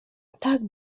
tak